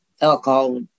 alcohol